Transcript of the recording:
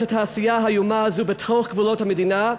התעשייה האיומה הזו בתוך גבולות המדינה,